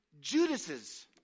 Judas's